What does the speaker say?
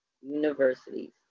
Universities